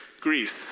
Greece